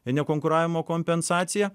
nekonkuravimo kompensaciją